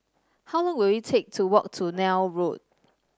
how long will it take to walk to Neil Road